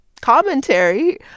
commentary